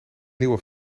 nieuwe